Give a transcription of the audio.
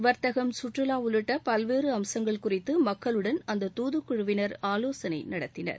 வர்த்தகம் கற்றுலா உள்ளிட்ட பல்வேறு அம்சங்கள் குறித்து மக்களுடன் அந்த துதுக்குழுவினா ஆலோசனை நடத்தினர்